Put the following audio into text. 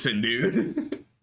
dude